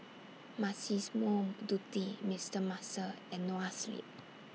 Massimo Dutti Mister Muscle and Noa Sleep